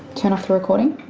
turn off the recording?